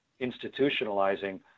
institutionalizing